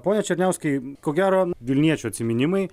pone černiauskai ko gero vilniečių atsiminimai